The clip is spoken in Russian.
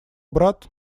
брат